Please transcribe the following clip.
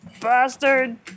bastard